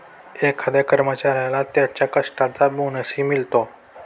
एखाद्या कर्मचाऱ्याला त्याच्या कष्टाचा बोनसही मिळतो